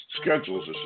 schedules